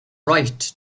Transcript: right